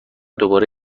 دوباره